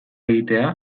egitea